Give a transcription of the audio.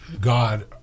God